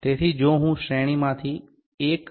તેથી જો હું શ્રેણીમાંથી 1